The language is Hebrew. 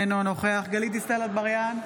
אינו נוכח גלית דיסטל אטבריאן,